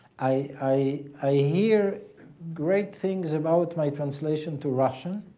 i i hear great things about my translation to russian.